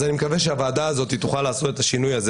אז אני מקווה שהוועדה הזאת תוכל לעשות את השינוי הזה